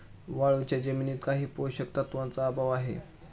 वाळूच्या जमिनीत काही पोषक तत्वांचा अभाव आहे